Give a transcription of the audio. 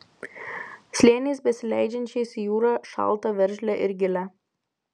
slėniais besileidžiančiais į jūrą šaltą veržlią ir gilią